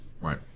right